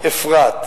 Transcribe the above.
אפרת,